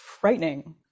frightening